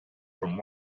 from